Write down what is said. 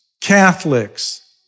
Catholics